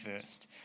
first